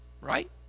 right